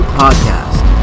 podcast